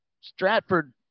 Stratford